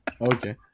Okay